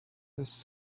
his